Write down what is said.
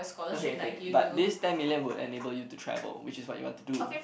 okay okay but this ten million would enable you to travel which is what you want to do